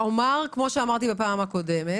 בפעם הקודמת